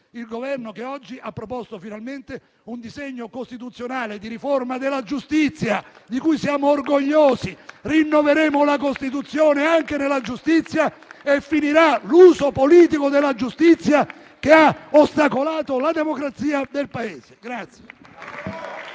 il Governo che oggi ha proposto finalmente un disegno costituzionale di riforma della giustizia, di cui siamo orgogliosi. Rinnoveremo la Costituzione anche nella giustizia e finirà l'uso politico della giustizia, che ha ostacolato la democrazia del Paese.